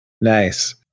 Nice